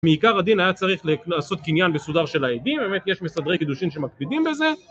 מעיקר הדין היה צריך לעשות קניין בסודר של העדים, באמת יש מסדרי קידושים שמקפידים בזה.